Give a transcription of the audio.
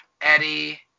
Eddie